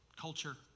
culture